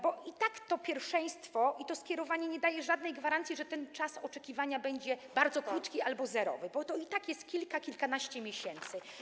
Bo i tak to pierwszeństwo i to skierowanie nie dają żadnej gwarancji, że ten czas oczekiwania będzie bardzo krótki albo zerowy, bo i tak jest to kilka, kilkanaście miesięcy.